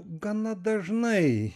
gana dažnai